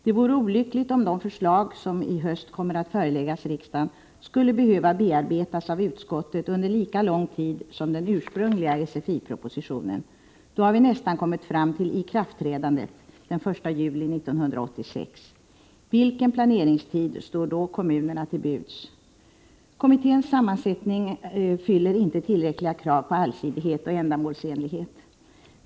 Det vore olyckligt om de förslag som i höst kommer att föreläggas riksdagen skulle behöva bearbetas i utskottet under lika lång tid som den ursprungliga SFI propositionen. Då har vi nästan kommit fram till ikraftträdandet den 1 juli 1986. Vilken planeringstid står då kommunerna till buds? Kommitténs sammansättning fyller inte tillräckliga krav på allsidighet och ändamålsenlighet.